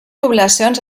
poblacions